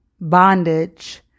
bondage